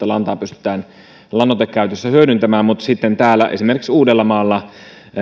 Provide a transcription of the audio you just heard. lantaa pystytään lannoitekäytössä hyödyntämään mutta esimerkiksi täällä uudellamaalla